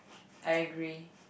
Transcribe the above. I agree